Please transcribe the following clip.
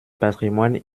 patrimoine